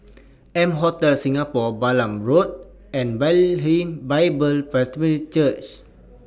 M Hotel Singapore Balam Road and Bethlehem Bible Presbyterian Church